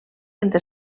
entre